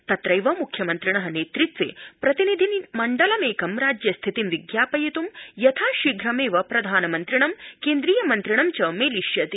तत्रैव मुख्यमन्त्रिण नेतृत्वे प्रतिनिधिमण्डलमेक राज्यस्थितिं विज्ञापयित् यथाशीघ्रमेव प्रधानमन्त्रिणं केन्द्रीय गृहमन्त्रिणं च मेलिष्यति